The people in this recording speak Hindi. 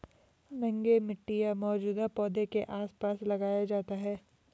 नंगे मिट्टी या मौजूदा पौधों के आसपास लगाया जाता है